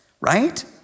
right